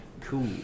Cool